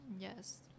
Yes